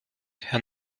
herr